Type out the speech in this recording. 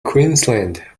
queensland